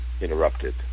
interrupted